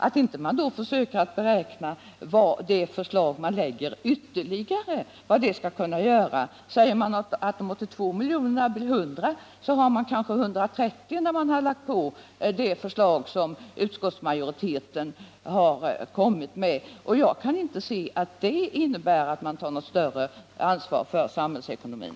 Men då är det förvånande att inte majoriteten försöker beräkna vad det förslag som den lägger fram kommer att kosta — vi kanske kommer upp i 130 milj.kr. Jag kan inte inse att det innebär att man tar ett större ansvar för samhällsekonomin.